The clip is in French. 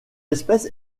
espèce